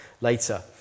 later